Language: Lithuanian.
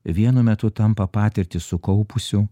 vienu metu tampa patirtį sukaupusiu